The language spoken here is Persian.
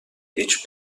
هیچ